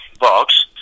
box